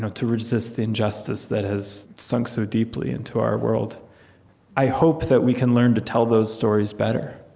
to resist the injustice that has sunk so deeply into our world i hope that we can learn to tell those stories better.